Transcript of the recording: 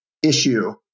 issue